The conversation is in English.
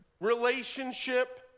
relationship